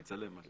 שיצלם ויגיש.